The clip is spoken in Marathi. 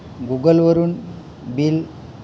गुगलवरून बिल